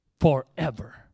forever